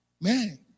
man